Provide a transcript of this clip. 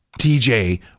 TJ